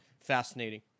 fascinating